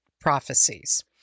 Prophecies